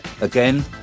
Again